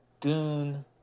goon